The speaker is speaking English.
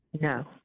No